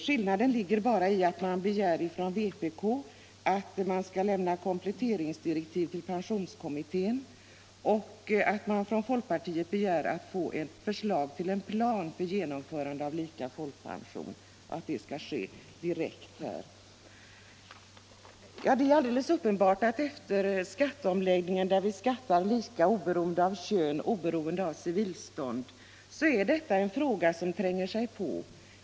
Skillnaden mellan de båda reservationerna ligger däri att vpk begär att man skall lämna kompletteringsdirektiv till pensionskommittén, medan folkpartiet begär ett förslag till en plan för genomförande av lika folkpension och att det sker direkt. Det är alldeles uppenbart att efter skatteomläggningen, som innebär att vi skattar lika oberoende av kön och civilstånd, är detta en fråga som tränger sig på.